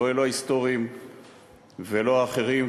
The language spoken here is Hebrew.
לא אלו ההיסטוריים ולא האחרים.